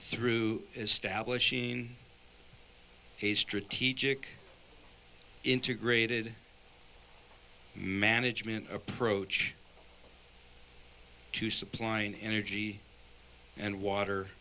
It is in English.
through establishing a strategic integrated management approach to supplying energy and water